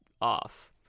off